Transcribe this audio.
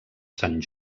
sant